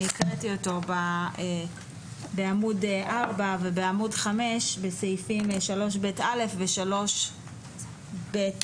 אני הקראתי אותו בעמוד 4 ובעמוד 5 בסעיפים 3(ב)(א) ו-3(ב).